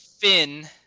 Finn